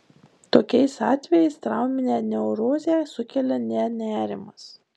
tokiais atvejais trauminę neurozę sukelia ne nerimas